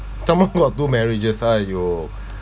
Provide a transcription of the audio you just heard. some more got two marriages ah you